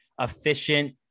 efficient